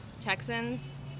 texans